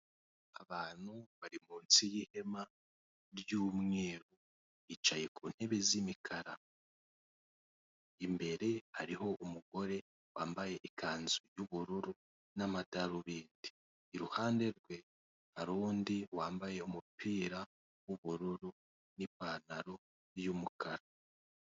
Abantu bari munsi y'ihema ry'umweru bicaye ku ntebe z'imikara, imbere hariho umugore wambaye ikanzu y'ubururu n'amadarubindi, iruhande rwe harundi wambaye umupira w'ubururu n'ipantaro y'umukara.